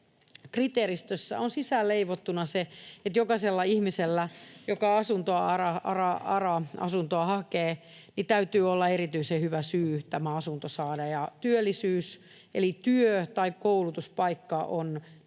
ARA-kriteeristössä on sisään leivottuna se, että jokaisella ihmisellä, joka ARA-asuntoa hakee, täytyy olla erityisen hyvä syy tämä asunto saada, ja työllisyys eli työ- tai koulutuspaikka on näitä